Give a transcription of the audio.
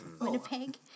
Winnipeg